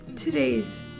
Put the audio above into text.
today's